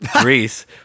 Greece